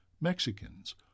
Mexicans